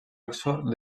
oxford